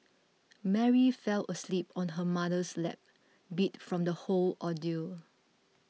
Mary fell asleep on her mother's lap beat from the whole ordeal